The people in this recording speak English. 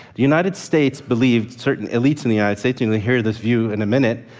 the united states believed certain elites in the united states you'll hear this view in a minute